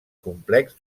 complex